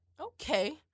Okay